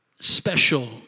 special